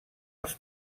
als